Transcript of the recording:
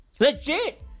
Legit